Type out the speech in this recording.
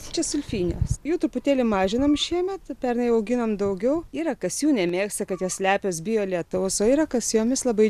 čia sulfinijos jų truputėlį mažinam šiemet pernai auginom daugiau yra kas jų nemėgsta kad jos lepios bijo lietaus o yra kas jomis labai